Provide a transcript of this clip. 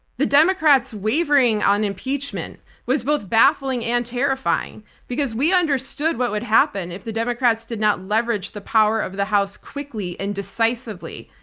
the democrats' wavering on impeachment was both baffling and terrifying because we understood what would happen if the democrats did not leverage the power of the house quickly and decisively.